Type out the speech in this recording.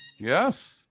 Yes